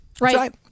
Right